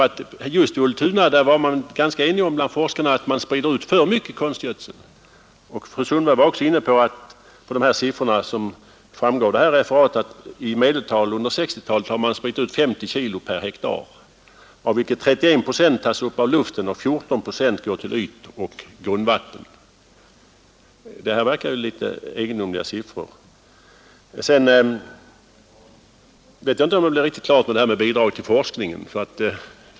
Bland forskarna i Ultuna var man ganska ense om att man sprider ut för mycket konstgödsel. Fru Sundberg gick också in på siffror av vilka framgick att man under 1960-talet spritt ut i medeltal 50 kilo per hektar, varav 31 procent tagits upp av luften och 14 procent gått till ytoch grundvattnet. Dessa siffror verkar nägot egendomliga. Jag vet inte om frågan om bidrag till forskningen blev riktigt klar.